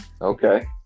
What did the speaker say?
Okay